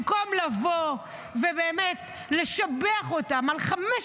במקום לבוא ובאמת לשבח אותם על 15